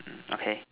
okay